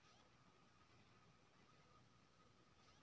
सभटा सवारीकेँ यात्रा बीमा जरुर रहबाक चाही